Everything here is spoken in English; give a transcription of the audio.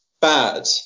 bad